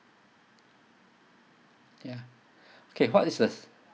ya okay what is this